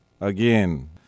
again